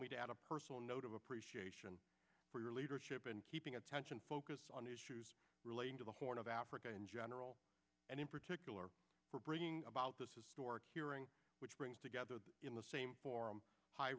me to add a personal note of appreciation for your leadership in keeping attention focused on issues relating to the horn of africa in general and in particular for bringing about this historic hearing which brings together in the same forum hi